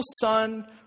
son